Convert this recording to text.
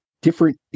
different